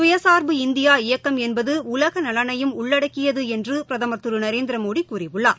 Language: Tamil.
சுயசாா்பு இந்தியா இயக்கம் என்பதுஉலகநலனையும் உள்ளடக்கியதுஎன்றுபிரதமர் திருநரேந்திரமோடிகூறியுள்ளார்